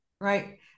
right